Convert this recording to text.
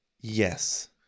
Yes